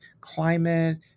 climate